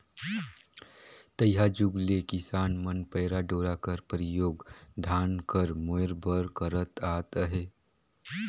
तइहा जुग ले किसान मन पैरा डोरा कर परियोग धान कर मोएर बर करत आत अहे